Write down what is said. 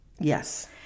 Yes